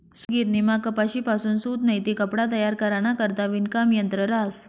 सूतगिरणीमा कपाशीपासून सूत नैते कपडा तयार कराना करता विणकाम यंत्र रहास